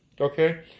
Okay